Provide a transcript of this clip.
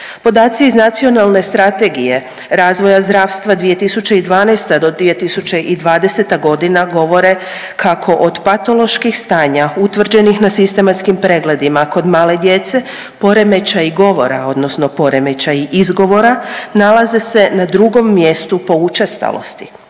Podaci iz Nacionalne strategije razvoja zdravstva 2012. do 2020. godina govore kako od patoloških stanja utvrđenih na sistematskim pregledima kod male djece poremećaji govora odnosno poremećaji izgovora nalaze se na drugom mjestu po učestalosti.